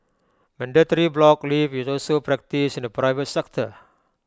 mandatory block leave is also practised in the private sector